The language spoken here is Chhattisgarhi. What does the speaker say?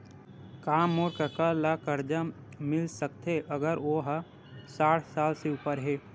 का मोर कका ला कर्जा मिल सकथे अगर ओ हा साठ साल से उपर हे?